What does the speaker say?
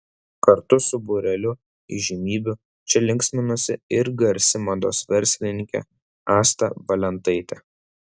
kartu su būreliu įžymybių čia linksminosi ir garsi mados verslininkė asta valentaitė